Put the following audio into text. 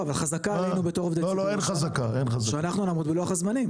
חזקה עלינו כעובדי ציבור שנעמוד בלוח הזמנים.